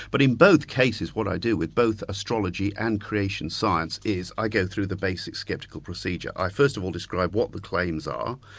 but in both cases, what i do with both astrology and creation science is, i go through the basic skeptical procedure. i first of all describe what the claims are,